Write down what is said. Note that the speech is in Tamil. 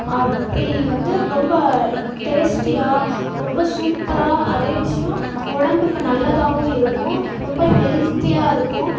அப்படி வந்து ரொம்ப டேஸ்ட்டியாக ரொம்ப சூப்பராக அதே விஷயம் உடம்புக்கு நல்லதாகவும் இருக்கும் ரொம்ப ஹெல்த்தியாக இருக்கும்